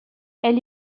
elle